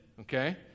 okay